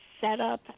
setup